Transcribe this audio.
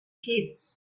kids